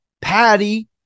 Patty